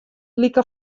like